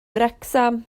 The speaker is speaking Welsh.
wrecsam